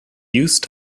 used